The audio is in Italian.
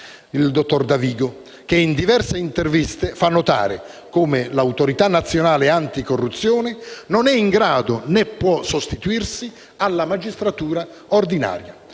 dottor Davigo, che in diverse interviste fa notare come l'Autorità nazionale anticorruzione non sia in grado, né possa sostituirsi alla magistratura ordinaria.